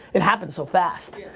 it happened so fast.